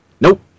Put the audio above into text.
Nope